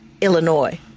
Illinois